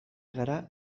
gara